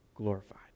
Glorified